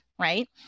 right